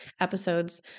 episodes